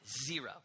zero